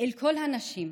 אל כל הנשים,